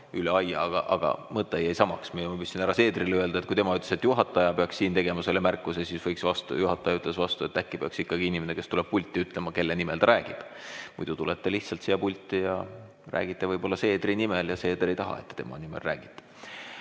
üle aia. Aga mõte jäi samaks. Ma julgeksin härra Seederile öelda, et kui tema ütles, et juhataja peaks siin tegema selle märkuse, siis juhataja ütles vastu, et äkki peaks ikkagi inimene, kes tuleb pulti, ütlema, kelle nimel ta räägib. Muidu tulete lihtsalt siia pulti ja räägite võib-olla Seederi nimel, aga Seeder ei taha, et tema nimel räägite.